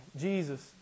Jesus